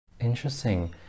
interesting